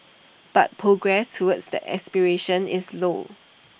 but progress towards that aspiration is slow